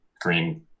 green